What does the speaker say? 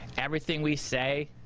everything we say,